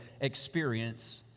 experience